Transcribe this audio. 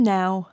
now